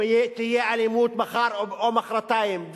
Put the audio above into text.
אם תהיה אלימות מחר או מחרתיים,